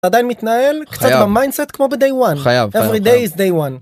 עדיין מתנהל, קצת במיינדסט, כמו בדיי וואן. - חייב, חייב - אברי דיי איז דיי וואן.